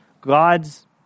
God's